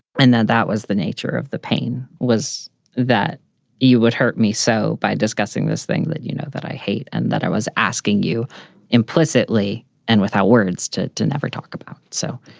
and then that was the nature of the pain, was that you would hurt me. so by discussing this thing that you know, that i hate and that i was asking you implicitly and without words to to never talk about. so,